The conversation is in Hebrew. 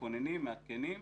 מתכוננים ומעדכנים.